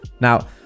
now